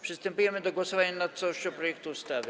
Przystępujemy do głosowania nad całością projektu ustawy.